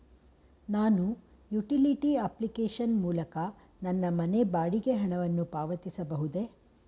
ನಾನು utility application ಮೂಲಕ ನನ್ನ ಮನೆ ಬಾಡಿಗೆ ಹಣವನ್ನು ಪಾವತಿಸಬಹುದೇ?